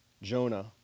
Jonah